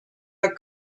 are